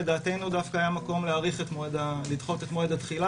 לדעתנו דווקא היה מקום לדחות את מועד התחילה